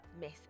miss